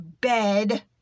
bed